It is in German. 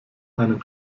einen